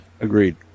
Agreed